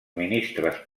ministres